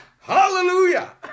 Hallelujah